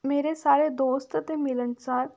ਮੇਰੇ ਸਾਰੇ ਦੋਸਤ ਅਤੇ ਮਿਲਣਸਾਰ